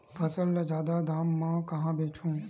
फसल ल जादा दाम म कहां बेचहु?